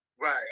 Right